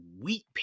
wheat